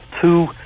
two